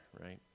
right